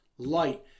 Light